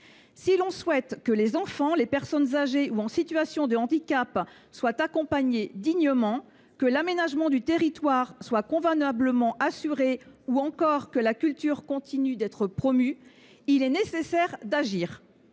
Si l’on souhaite que les enfants et les personnes âgées ou en situation de handicap soient accompagnées dignement, que l’aménagement du territoire soit convenablement assuré ou que la culture continue d’être promue, il est nécessaire d’agir.